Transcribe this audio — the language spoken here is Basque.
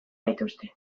gaituzte